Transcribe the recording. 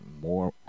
more